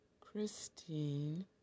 Christine